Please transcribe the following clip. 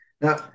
Now